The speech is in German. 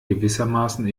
gewissermaßen